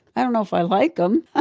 i don't know if i like them, ah